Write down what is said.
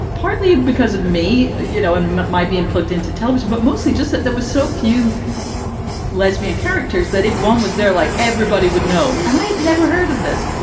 partly because of me, you know, and my being plugged into television, but mostly just that there was so few lesbian characters that if one was there, like everybody would know. and i had never heard of this.